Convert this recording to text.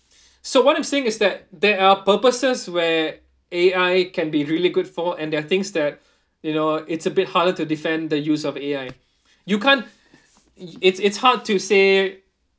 so what I'm saying is that there are purposes where A_I can be really good for and there are things that you know it's a bit harder to defend the use of A_I you can't it's it's hard to say